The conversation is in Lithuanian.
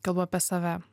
kalbu apie save